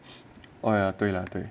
啊对了对